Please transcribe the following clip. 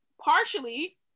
partially